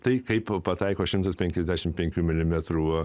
tai kaip pataiko šimtas penkiasdešimt penkių milimetrų